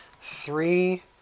three